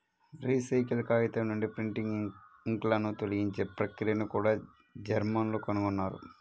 recycle కాగితం నుండి printing ఇంక్లను తొలగించే ప్రక్రియను కూడా జర్మన్లు కనుగొన్నారు